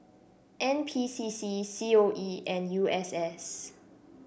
N P C C C O E and U S S